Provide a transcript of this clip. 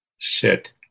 Sit